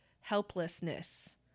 helplessness